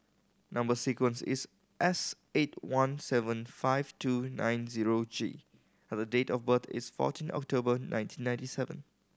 number sequence is S eight one seven five two nine zero G and the date of birth is fourteen October nineteen ninety seven